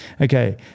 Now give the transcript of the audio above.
Okay